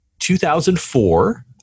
2004